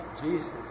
Jesus